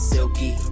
Silky